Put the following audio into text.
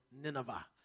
Nineveh